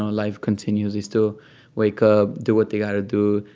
ah life continues. they still wake up, do what they got to do,